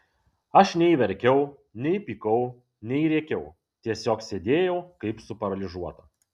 aš nei verkiau nei pykau nei rėkiau tiesiog sėdėjau kaip suparalyžiuota